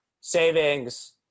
savings